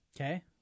Okay